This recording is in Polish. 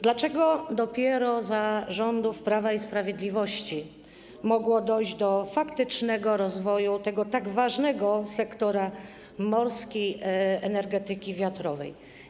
Dlaczego dopiero za rządów Prawa i Sprawiedliwości mogło dojść do faktycznego rozwoju tego tak ważnego sektora morskiej energetyki wiatrowej?